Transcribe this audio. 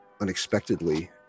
unexpectedly